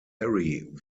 harry